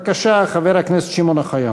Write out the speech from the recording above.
בבקשה, חבר הכנסת שמעון אוחיון.